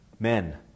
Men